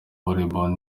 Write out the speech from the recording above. volleyball